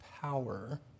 power